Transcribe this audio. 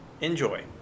Enjoy